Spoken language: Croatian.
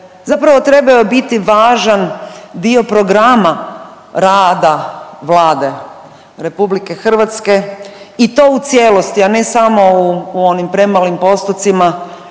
zapravo trebaju biti važan dio programa rada Vlade RH i to u cijelosti, a ne samo u, u onim premalim postocima